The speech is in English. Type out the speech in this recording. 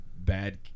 bad